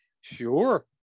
sure